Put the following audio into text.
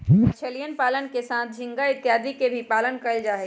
मछलीयन पालन के साथ झींगा इत्यादि के भी पालन कइल जाहई